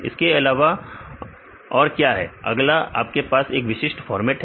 इसके अलावा और क्या है अगला आपके पास एक विशिष्ट फॉर्मेट है